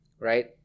right